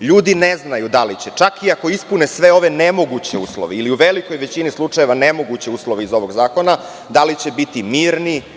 Ljudi ne znaju da li će, čak i ako ispune sve ove nemoguće uslove ili u velikoj većini slučajeva nemoguće uslove iz ovog zakona, da li će biti mirni,